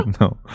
No